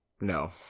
No